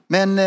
Men